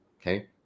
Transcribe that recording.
Okay